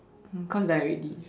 hmm cause die already